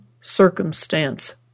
circumstance